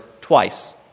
twice